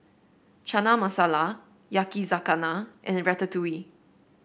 Chana Masala Yakizakana and Ratatouille